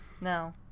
No